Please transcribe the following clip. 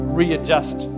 readjust